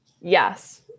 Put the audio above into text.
Yes